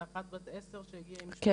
ואחת בת 10 שהגיעה עם משפחתה.